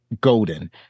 golden